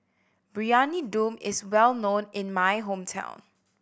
Briyani Dum is well known in my hometown